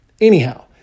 Anyhow